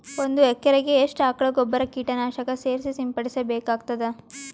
ಒಂದು ಎಕರೆಗೆ ಎಷ್ಟು ಆಕಳ ಗೊಬ್ಬರ ಕೀಟನಾಶಕ ಸೇರಿಸಿ ಸಿಂಪಡಸಬೇಕಾಗತದಾ?